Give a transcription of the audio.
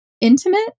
intimate